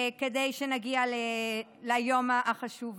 כדי שנגיע ליום החשוב הזה.